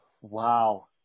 Wow